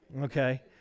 okay